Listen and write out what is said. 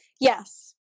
Yes